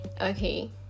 Okay